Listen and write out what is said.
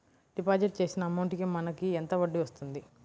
Deposit చేసిన amount కి మనకి ఎంత వడ్డీ వస్తుంది?